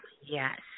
Yes